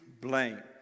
blame